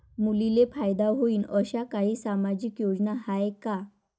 मुलींले फायदा होईन अशा काही सामाजिक योजना हाय का?